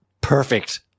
perfect